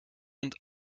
und